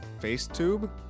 Facetube